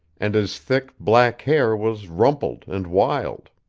and his thick, black hair was rumpled and wild.